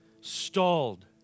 stalled